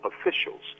officials